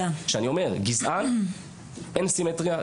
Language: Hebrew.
אין סימטריה,